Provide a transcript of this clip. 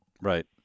Right